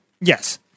Yes